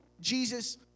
Jesus